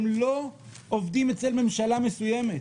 אתם לא עובדים אצל ממשלה מסוימת,